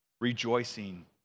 rejoicing